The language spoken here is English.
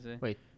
Wait